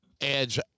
Edge